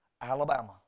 Alabama